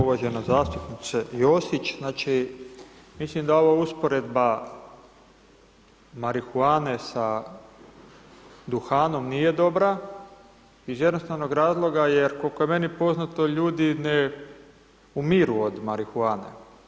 Uvažena zastupnice Josić, znači mislim da ova usporedba marihuane sa duhanom nije dobra iz jednostavnog razloga jer koliko je meni poznato, ljudi ne umiru od marihuane.